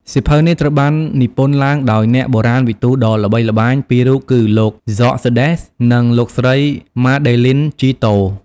សៀវភៅនេះត្រូវបាននិពន្ធឡើងដោយអ្នកបុរាណវិទូដ៏ល្បីល្បាញពីររូបគឺលោក ហ្សក សឺដេស George Coedès និងលោកស្រី ម៉ាដេលីន ជីតូ Madeleine Giteau។